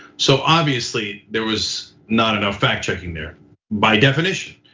so obviously, there was not enough fact checking there by definition,